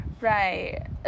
right